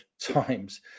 times